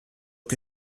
che